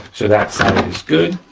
so that is good,